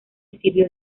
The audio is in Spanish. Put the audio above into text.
sirvió